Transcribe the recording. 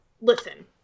listen